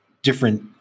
different